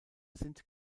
sind